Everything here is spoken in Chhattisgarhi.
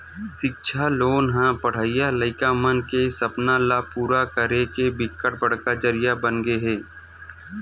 सिक्छा लोन ह पड़हइया लइका मन के सपना ल पूरा करे के बिकट बड़का जरिया बनगे हे